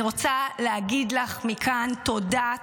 אני רוצה להגיד לך מכאן תודה,